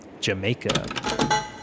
Jamaica